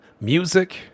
music